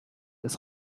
das